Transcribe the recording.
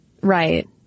Right